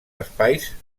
espais